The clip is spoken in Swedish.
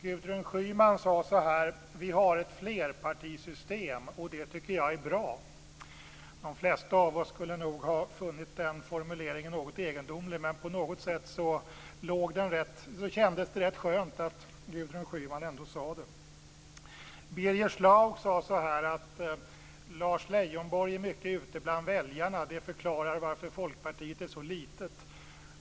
Gudrun Schyman sade: Vi har ett flerpartisystem och det tycker jag är bra. De flesta av oss skulle nog ha funnit den formuleringen något egendomlig. Men på något sätt kändes det rätt bra att Gudrun Schyman ändå uttalade den. Birger Schlaug sade att Lars Leijonborg är mycket ute bland väljarna. Det förklarar varför Folkpartiet är så litet.